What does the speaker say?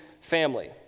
family